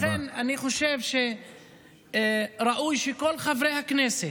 לכן אני חושב שראוי שכל חברי הכנסת,